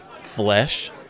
flesh